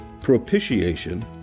Propitiation